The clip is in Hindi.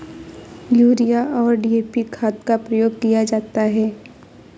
यूरिया और डी.ए.पी खाद का प्रयोग किया जाता है